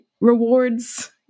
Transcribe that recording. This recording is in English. rewards